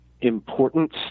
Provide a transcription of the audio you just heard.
importance